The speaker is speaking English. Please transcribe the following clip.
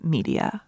Media